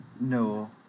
No